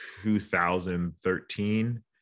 2013